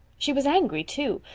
she was angry, too,